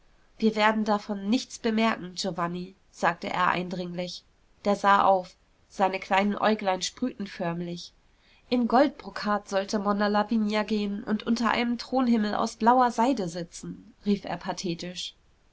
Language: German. wir werden davon nichts bemerken giovanni sagte er eindringlich der sah auf seine kleinen äuglein sprühten förmlich in goldbrokat sollte monna lavinia gehen und unter einem thronhimmel aus blauer seide sitzen rief er pathetisch